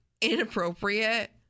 inappropriate